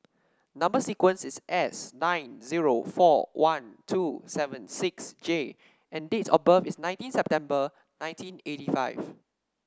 number sequence is S nine zero four one two seven six J and date of birth is nineteen September nineteen eighty five